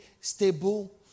stable